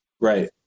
Right